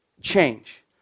Change